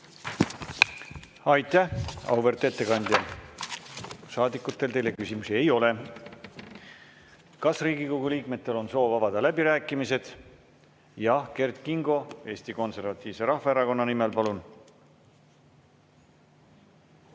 Aitäh, auväärt ettekandja! Saadikutel teile küsimusi ei ole. Kas Riigikogu liikmetel on soov avada läbirääkimised? Jah, Kert Kingo, Eesti Konservatiivse Rahvaerakonna nimel, palun!